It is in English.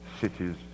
cities